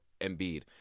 Embiid